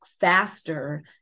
faster